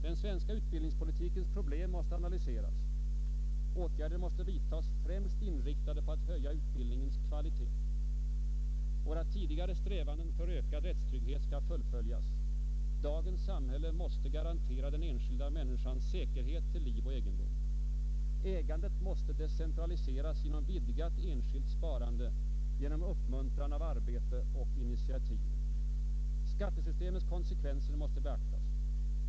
Den svenska utbildningspolitikens problem måste analyseras. Åtgärder måste vidtagas, främst inriktade på att höja utbildningens kvalitet. 3. Våra tidigare strävanden för ökad rättstrygghet skall fullföljas. Dagens samhälle måste garantera den enskilda människan säkerhet till liv och egendom. 4. Ägandet måste decentraliseras genom vidgat enskilt sparande och genom uppmuntran av arbete och initiativ. 5. Skattesystemets konsekvenser måste beaktas.